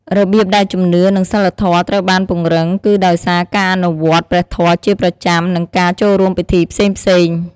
របៀបដែលជំនឿ និងសីលធម៌ត្រូវបានពង្រឹង គឺដោយសារការអនុវត្តព្រះធម៌ជាប្រចាំ និងការចួករួមពិធីផ្សេងៗ។